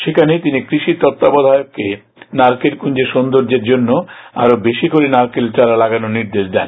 সেখানে তিনি কৃষি তত্বাবধায়ককে নারকেল কুঞ্জের সৌন্দর্যের জন্য আরও বেশি করে নারকেলের চারা লাগানোর নির্দেশ দেন